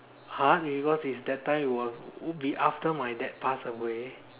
!huh! because is that time it was would be after my dad pass away